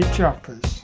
Choppers